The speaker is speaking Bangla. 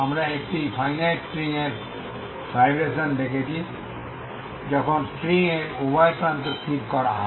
আমরা একটি ফাইনাইট স্ট্রিং এর ভাইব্রেশন দেখেছি যখন স্ট্রিং এর উভয় প্রান্ত স্থির করা হয়